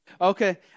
Okay